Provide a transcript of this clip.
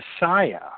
Messiah